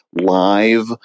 live